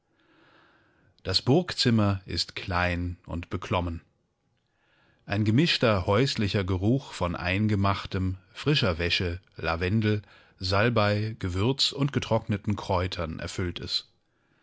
das burgzimmer ist klein und beklommen ein gemischter häuslicher geruch von eingemachtem frischer wäsche lavendel salbei gewürz und getrockneten kräutern erfüllt es